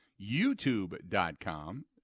YouTube.com